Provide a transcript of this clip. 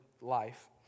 life